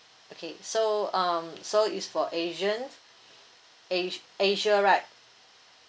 okay so um so it's for asians asi~ asia right